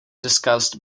discussed